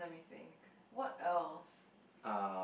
let me think what else